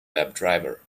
webdriver